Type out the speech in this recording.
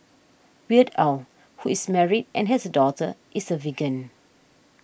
Weird Al who is married and has a daughter is a vegan